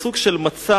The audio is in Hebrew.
הוא סוג של מצע